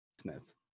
Smith